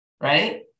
Right